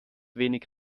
wenig